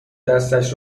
دستش